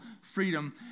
freedom